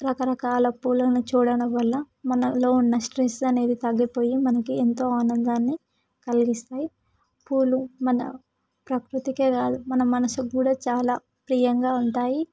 రకరకాల పూలను చూడడం వల్ల మనలో ఉన్న స్ట్రెస్ అనేది తగ్గిపోయి మనకి ఎంతో ఆనందాన్ని కలిగిస్తాయి పూలు మన ప్రకృతికే కాదు మన మనసుకు కూడా చాలా ప్రియంగా ఉంటాయి